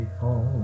home